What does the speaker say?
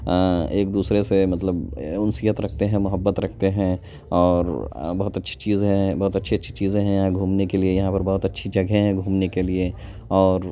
ایک دوسرے سے مطلب انسیت رکھتے ہیں محبت رکھتے ہیں اور بہت اچھی چیز ہے بہت اچھی اچھی چیزیں ہیں یہاں گھومنے کے لیے یہاں پر بہت اچھی جگہیں ہیں گھومنے کے لیے اور